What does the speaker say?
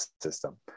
system